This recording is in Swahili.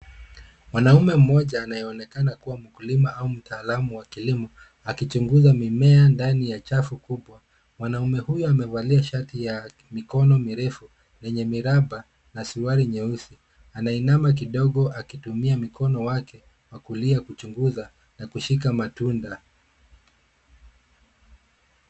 Mwanaume mmoja anayeonekana kuwa mkulima au mtaalamu wa kilimo akichunguza mimea ndani ya chafu kubwa. Mwanaume huyo amevalia shati ya mikono mirefu yenye miraba na suruari nyeusi. Anainama kidogo akitumia mikono wake wa kulia kuchunguza na kushika matunda.